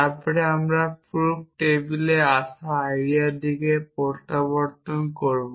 তারপরে আমরা প্রুফ টেবিলে আসা আইডিয়ার দিকে প্রত্যাবর্তন করব